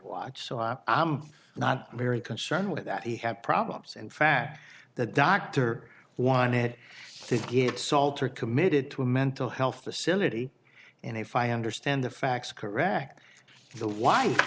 watch so i'm not very concerned with that he had problems in fact that doctor one had to get salter committed to a mental health facility and if i understand the facts correct the wife